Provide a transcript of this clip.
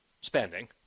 spending